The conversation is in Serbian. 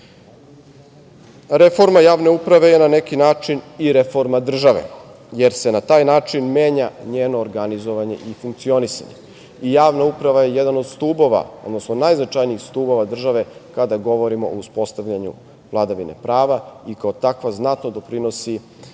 javne uprave je na neki način i reforma države, jer se na taj način menja njeno organizovanje i funkcionisanje. Javna uprava je jedan od stubova, odnosno najznačajnijih stubova države kada govorimo o uspostavljanju vladavine prava i kao takva znatno doprinosi